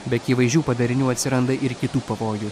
be akivaizdžių padarinių atsiranda ir kitų pavojų